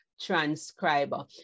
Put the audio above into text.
transcriber